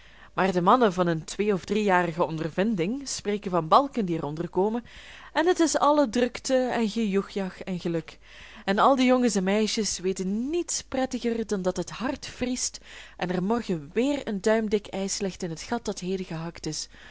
maar de mannen van een twee of driejarige ondervinding spreken van balken die er onder komen en het is alles drukte en gejoegjag en geluk en al de jongens en meisjes weten niets prettiger dan dat het hard vriest en er morgen weer een duim dik ijs ligt in het gat dat heden gehakt is